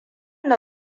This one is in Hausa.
na